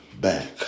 back